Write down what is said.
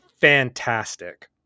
fantastic